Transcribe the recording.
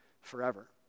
forever